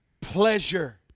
pleasure